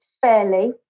fairly